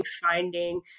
finding